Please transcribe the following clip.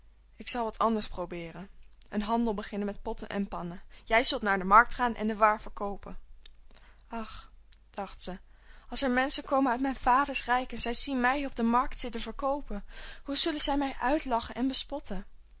ik zal wat anders probeeren en een handel beginnen met potten en pannen jij zult naar de markt gaan en de waar verkoopen ach dacht ze als er menschen komen uit mijn vader's rijk en zij zien mij op de markt zitten verkoopen hoe zullen zij mij uitlachen en bespotten